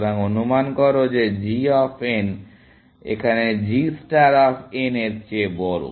সুতরাং অনুমান করো যে g অফ n এখানে g ষ্টার অফ n এর চেয়ে বড়